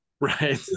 Right